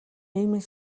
нийгмийн